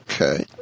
Okay